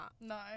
No